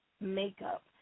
makeup